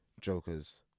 Jokers